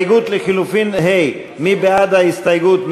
מי בעד ההסתייגות?